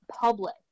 public